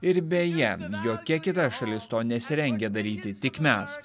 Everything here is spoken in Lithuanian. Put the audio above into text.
ir beje jokia kita šalis to nesirengia daryti tik mes